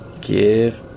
Give